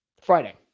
Friday